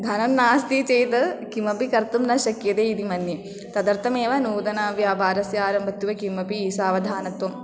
धनं नास्ति चेद् किमपि कर्तुं न शक्यते इति मन्ये तदर्थमेव नूतनव्यापारस्य आरम्भत्वे किमपि सावधानत्वम्